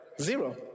zero